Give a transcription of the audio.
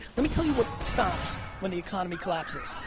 let me tell you what stops when the economy collapses,